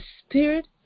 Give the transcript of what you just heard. Spirit